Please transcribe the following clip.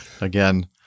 again